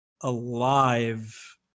alive